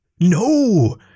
No